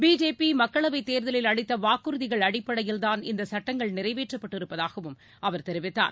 BJP மக்களவைத் தேர்தலில் அளித்த வாக்குறுதிகள் அடிப்படையில்தான் இந்த சுட்டங்கள் நிறைவேற்றப்பட்டிருப்பதாகவும் அவர் தெரிவித்தார்